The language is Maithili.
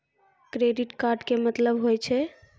क्रेडिट कार्ड के मतलब होय छै?